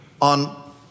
on